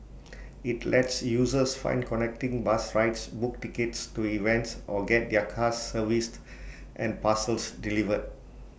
IT lets users find connecting bus rides book tickets to events or get their cars serviced and parcels delivered